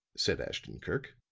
said ashton-kirk.